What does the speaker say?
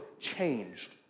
changed